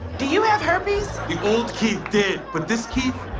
do you have herpes? the old keith did, but this keith,